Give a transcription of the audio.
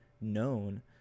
known